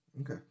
Okay